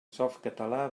softcatalà